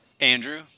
Andrew